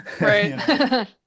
Right